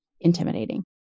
intimidating